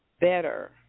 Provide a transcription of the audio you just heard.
better